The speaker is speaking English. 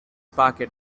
pocket